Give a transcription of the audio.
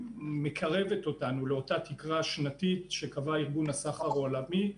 מקרבת אותנו לאותה תקרה שנתית שקבע ארגון הסחר העולמי,